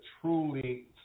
truly